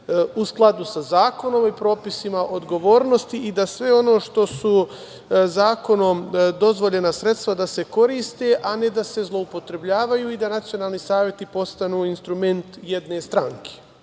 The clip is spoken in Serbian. u skladu sa zakonom i propisima odgovornosti i da sve ono što su zakonom dozvoljena sredstva, da se koriste, a ne da se zloupotrebljavaju i da nacionalni saveti postanu instrument jedne stranke.